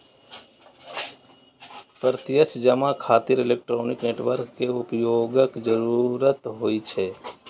प्रत्यक्ष जमा खातिर इलेक्ट्रॉनिक नेटवर्क के उपयोगक जरूरत होइ छै